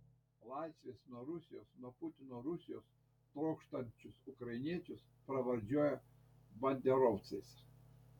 laisvės nuo rusijos nuo putino rusijos trokštančius ukrainiečius pravardžiuoja banderovcais